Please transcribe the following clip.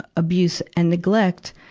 abuse and neglect.